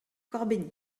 corbeny